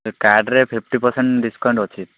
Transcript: ସେ କାର୍ଡ଼ରେ fifty percent discount ଅଛି